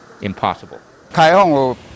impossible